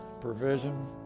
provision